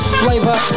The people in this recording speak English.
flavor